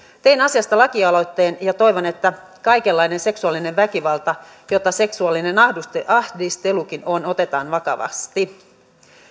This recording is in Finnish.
tein asiasta lakialoitteen ja toivon että kaikenlainen seksuaalinen väkivalta jota seksuaalinen ahdistelukin on otetaan vakavasti